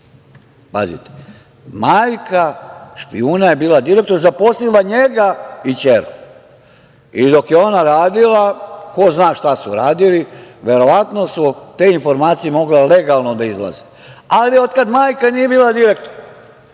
Pazite, majka špijuna je bila direktor, zaposlila njega i ćerku i dok je ona radila, ko zna šta su radili, verovatno su te informacije mogle legalno da izlaze, ali od kada majka nije bila direktor,